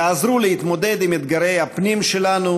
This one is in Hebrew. יעזרו להתמודד עם אתגרי הפנים שלנו